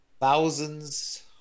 Thousands